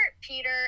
Peter